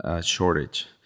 Shortage